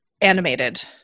animated